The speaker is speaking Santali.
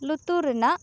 ᱞᱩᱛᱩᱨ ᱨᱮᱱᱟᱜ